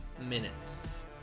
minutes